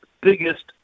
biggest